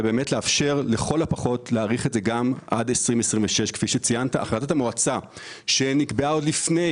יש לאפשר להאריך את זה עד 2026. החלטת המועצה שהתקבלה עוד לפני